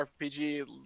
RPG